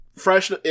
Fresh